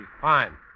fine